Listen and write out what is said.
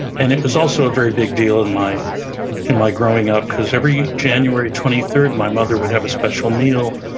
and it was also a very big deal in my like growing up cause every january twenty third, my mother would have a special meal,